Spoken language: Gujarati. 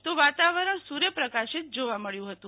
તો વાતાવરણમાં સૂર્યપ્રકાશિત જોવા મળ્યું હતું